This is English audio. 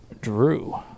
Drew